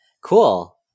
Cool